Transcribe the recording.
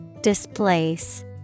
Displace